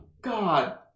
God